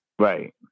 Right